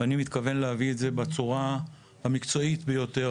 ואני מתכוון להביא את זה בצורה המקצועית ביותר,